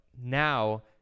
now